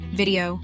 video